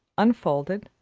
unfolded,